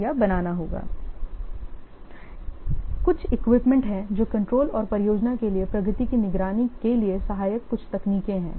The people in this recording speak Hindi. इसलिए कुछ इक्विपमेंट हैं जो कंट्रोल और परियोजना के लिए प्रगति की निगरानी के लिए सहायक कुछ तकनीकें हैं